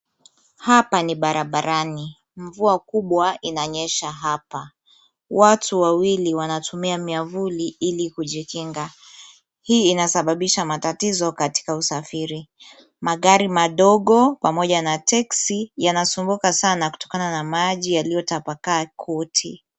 Hapa ni barabarani. Mvua kubwa inanyesha hapa. Watu wawili wanatumia miavuli ili kujikinga. Hii inasababisa matatizo katika usafiri. Magari madogo pamoja na teksi yanasumbuka sana kutokana na maji yaliyotapakaa kote.